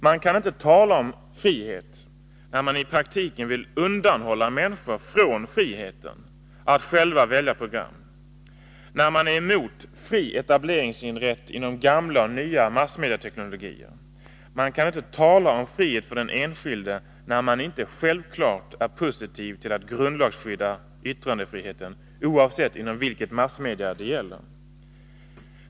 Man kan inte tala om frihet när man i praktiken vill undanhålla människor från friheten att själva välja program och när man är emot fri etableringsrätt inom de gamla och de nya massmedieteknologierna. Man kan inte tala om frihet för den enskilde när man inte är självklart positiv till att grundlagsskydda yttrandefriheten, oavsett inom vilket massmedieområde det gäller.